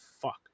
fuck